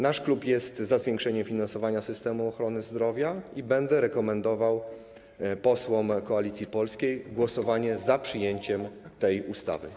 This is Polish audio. Nasz klub jest za zwiększeniem finansowania systemu ochrony zdrowia i będę rekomendował posłom Koalicji Polskiej głosowanie za przyjęciem tej ustawy.